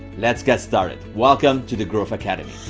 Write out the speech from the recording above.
let's get started, welcome to the growth academy